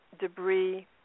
debris